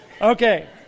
Okay